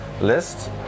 list